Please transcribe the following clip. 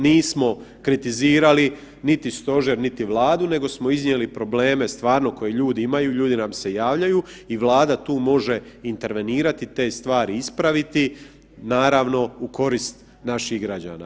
Nismo kritizirali niti stožer niti Vladu nego smo iznijeli probleme stvarno koje ljudi imaju, ljudi nam se javljaju i Vlada tu može intervenirati i te stvari ispraviti, naravno u korist naših građana.